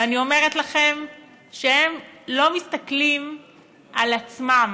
ואני אומרת לכם שהם לא מסתכלים על עצמם,